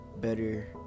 better